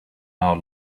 our